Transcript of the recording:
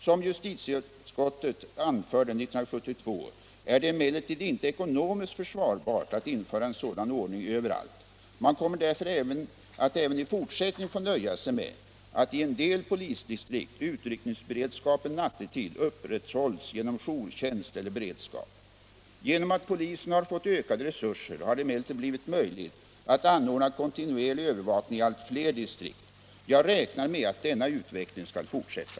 Som justitieutskottet anförde 1972 är det emellertid inte ekonomiskt försvarbart att införa en sådan ordning överallt. Man kommer därför att även i fortsättningen få nöja sig med att i en del polisdistrikt utryckningsberedskapen nattetid upprätthålls genom jourtjänst eller beredskap. Genom att polisen har fått ökade resurser har det emellertid blivit möjligt att anordna kontinuerlig övervakning i allt fler distrikt. Jag räknar med att denna utveckling skall fortsätta.